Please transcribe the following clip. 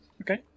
okay